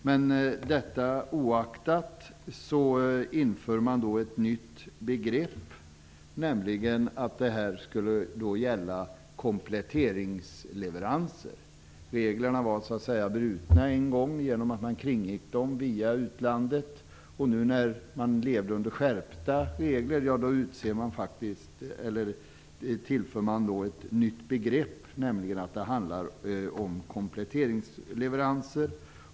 Men oaktat detta inför man ett nytt begrepp, nämligen att det skulle gälla kompletteringleveranser. Reglerna var så att säga redan brutna genom att man kringgick dem via utlandet. När man nu lever under skärpta regler inför man ett nytt begrepp, nämligen kompletteringsleveranser.